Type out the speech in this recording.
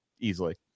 easily